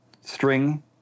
string